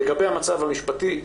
לגבי המצב המשפטי,